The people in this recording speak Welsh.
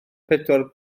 pedwar